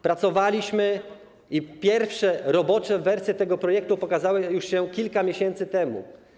Pracowaliśmy i pierwsze robocze wersje tego projektu pokazały się już kilka miesięcy temu.